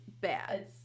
bad